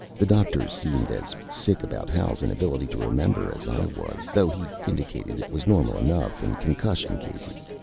the doctor seemed as sick about hal's inability to remember as i was, though he indicated it was normal enough in concussion cases.